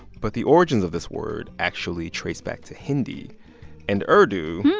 but the origins of this word actually trace back to hindi and urdu.